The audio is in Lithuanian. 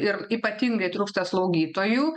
ir ypatingai trūksta slaugytojų